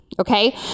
okay